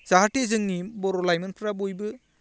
जाहाथे जोंनि बर' लाइमोनफ्रा बयबो